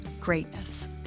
greatness